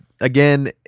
again